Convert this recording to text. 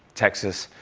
texas,